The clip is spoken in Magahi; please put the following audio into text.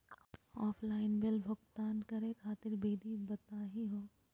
ऑफलाइन बिल भुगतान करे खातिर विधि बताही हो?